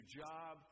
job